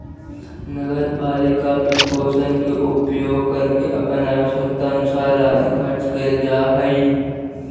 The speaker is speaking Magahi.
नगर पालिका वित्तपोषण के उपयोग करके अपन आवश्यकतानुसार राशि खर्च कैल जा हई